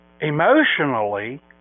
emotionally